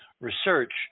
research